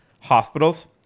hospitals